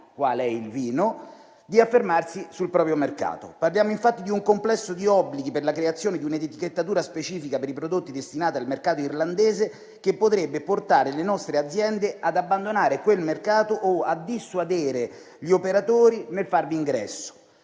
di affermarsi sul proprio mercato. Parliamo infatti di un complesso di obblighi per la creazione di un'etichettatura specifica per i prodotti destinati al mercato irlandese, che potrebbe portare le nostre aziende ad abbandonare quel mercato o a dissuadere gli operatori nel farvi ingresso.